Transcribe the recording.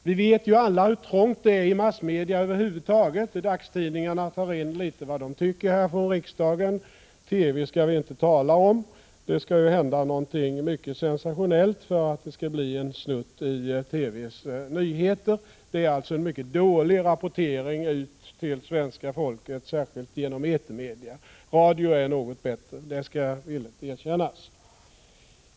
Vi vet alla hur trångt det är i massmedia över huvud taget. Dagstidningarna tar in vad de tycker från riksdagen. TV skall vi inte tala om. Det skall hända någonting mycket sensationellt för att det skall bli en snutt i TV:s nyheter. Rapporteringen till svenska folket är alltså mycket dålig, särskilt genom etermedia. Radions bevakning är något bättre, det skall villigt erkännas.